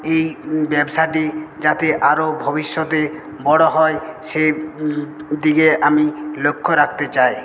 এই ব্যবসাটি যাতে আরও ভবিষ্যতে বড়ো হয় সেই দিকে আমি লক্ষ্য রাখতে চাই